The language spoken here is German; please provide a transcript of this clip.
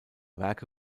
werke